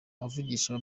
avugisha